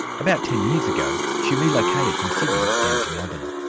about ten years ago she relocated from sydney down to melbourne.